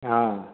ହଁ